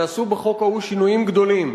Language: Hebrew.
נעשו בחוק ההוא שינויים גדולים,